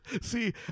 See